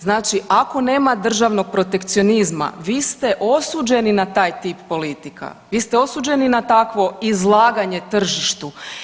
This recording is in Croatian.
Znači ako nema državnog protekcionizma vi ste osuđeni na taj tip politika, vi ste osuđeni na takvo izlaganje tržištu.